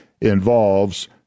involves